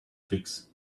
fix